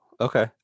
okay